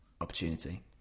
opportunity